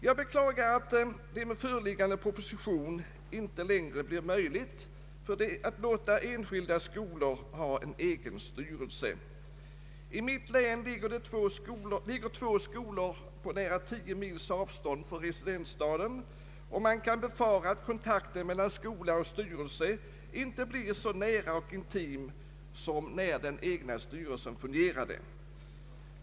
Jag beklagar att det med föreliggande proposition inte längre blir möjligt att låta enskilda skolor ha egen styrelse. I mitt län ligger två skolor på nära 10 mils avstånd från residensstaden, och man kan befara att kontakten mellan skola och styrelse inte blir lika intim som när den egna styrelsen fungerade.